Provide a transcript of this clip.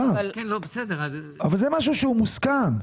זה משהו שהוא מוסכם.